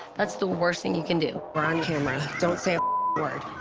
that's the worst thing you can do. we're on camera, don't say a word.